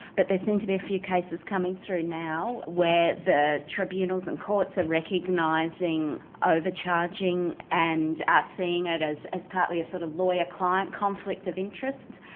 but there seem to be a few cases coming through now where the tribunals and courts are recognising overcharging and are seeing it as as partly a sort of lawyer-client conflict of interest.